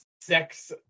sex